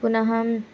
पुनः अहम्